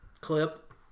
clip